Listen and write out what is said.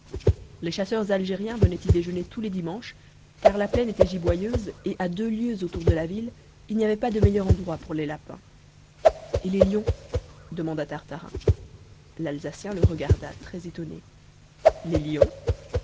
les chasseurs algériens venaient y déjeuner tous les dimanches car la plaine était giboyeuse et à deux lieues autour de la ville il n'y avait pas de meilleur endroit pour les lapins et les lions demanda tartarin l'alsacien le regarda très étonné les lions